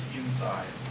inside